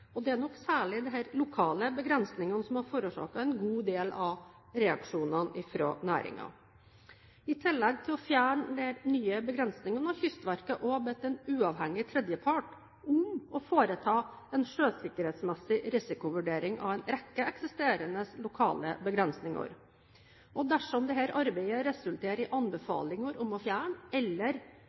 Det er nok særlig disse lokale begrensningene som har forårsaket en god del av reaksjonene fra næringen. I tillegg til å fjerne disse nye begrensningene har Kystverket også bedt en uavhengig tredjepart om å foreta en sjøsikkerhetsmessig risikovurdering av en rekke eksisterende lokale begrensninger. Dersom dette arbeidet resulterer i anbefalinger om å fjerne eller